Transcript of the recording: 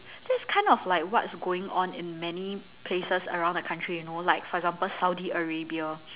this is kind of like what's going on in many places around the country you know like for example Saudi-Arabia